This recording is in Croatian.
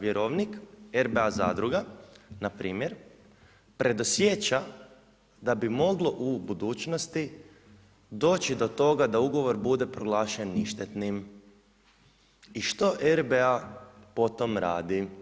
Vjerovnik RBA zadruga npr. predosjeća da bi moglo u budućnosti doći do toga da ugovor bude proglašen ništetnim i što RBA po tom radi?